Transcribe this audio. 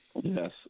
Yes